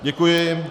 Děkuji.